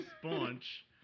sponge